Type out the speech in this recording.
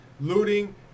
Looting